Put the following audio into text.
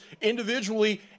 individually